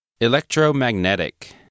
Electromagnetic